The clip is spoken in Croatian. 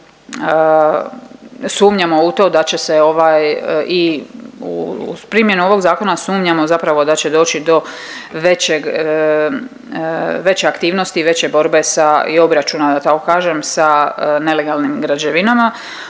sumnjamo u to da će se ovaj i uz primjenu ovog zakona, sumnjamo zapravo da će doći do većeg, veće aktivnosti veće borbe sa i obračuna da tako kažem sa nelegalnim građevinama.